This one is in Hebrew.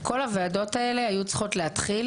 כל הוועדות האלה היו צריכות להתחיל